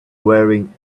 wearing